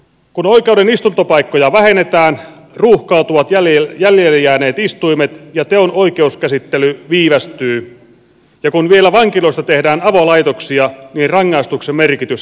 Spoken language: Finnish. kun oikeuden istuntopaikkoja vähennetään ruuhkautuvat jäljelle jääneet istuimet ja teon oikeuskäsittely viivästyy ja kun vielä vankiloista tehdään avolaitoksia niin rangaistuksen merkitys hämärtyy